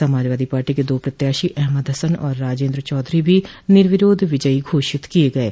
Samajwadi party के दो प्रत्याशी अहमद हसन और राजेन्द्र चौधरी भी निर्विरोध विजयी घोषित किये गये